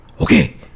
okay